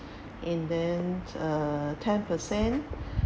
and then uh ten percent